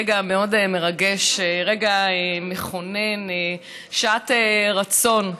רגע מאוד מרגש, רגע מכונן, שעת רצון,